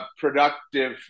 productive